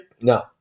No